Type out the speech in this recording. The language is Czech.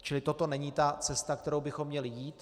Čili toto není ta cesta, kterou bychom měli jít.